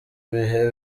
bihe